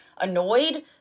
annoyed